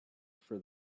for